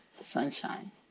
sunshine